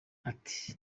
ati